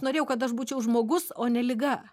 norėjau kad aš būčiau žmogus o ne liga